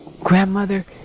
grandmother